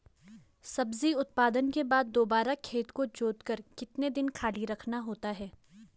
सब्जी उत्पादन के बाद दोबारा खेत को जोतकर कितने दिन खाली रखना होता है?